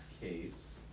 case